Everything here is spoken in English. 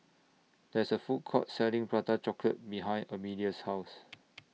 There IS A Food Court Selling Prata Chocolate behind Emilia's House